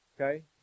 okay